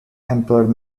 employed